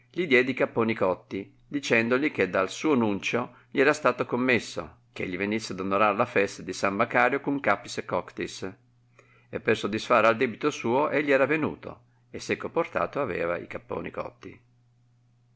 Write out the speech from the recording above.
li diede i capponi cotti dicendoli che dal suo nuncio gli era stato commesso ch'egli venisse ad onorar la festa di san macario cum ccqjpis et coctis e per sodisfare al debito suo egli era venuto e seco portato aveva i capponi cotti